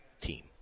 team